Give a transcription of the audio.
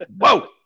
whoa